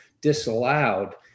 disallowed